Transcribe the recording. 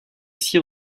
six